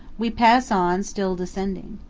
we pass on, still descending.